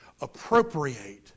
appropriate